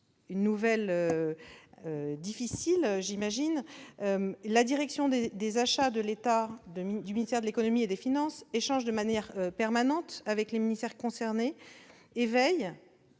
une mauvaise nouvelle. La direction des achats de l'État du ministère de l'économie et des finances échange de manière permanente avec les ministères concernés et veille